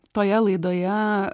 toje laidoje